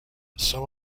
some